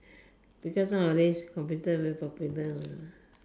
because nowadays computer very popular